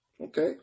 Okay